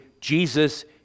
jesus